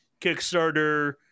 Kickstarter